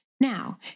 Now